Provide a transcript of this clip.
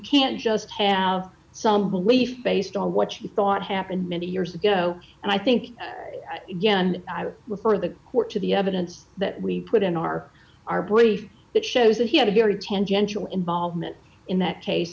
can't just have some belief based on what you thought happened many years ago and i think again i would refer the court to the evidence that we put in our our brief that shows that he had a very tangential involvement in that case